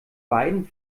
beiden